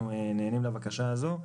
אנחנו נענים לבקשה הזו,